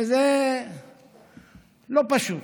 וזה לא פשוט.